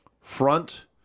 front